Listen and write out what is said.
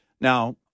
Now